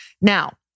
Now